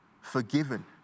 forgiven